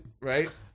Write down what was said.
Right